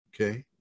okay